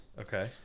Okay